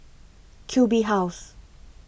Q B House